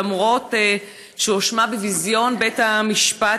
ואף שהואשמה בביזיון בית המשפט,